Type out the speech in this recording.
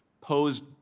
posed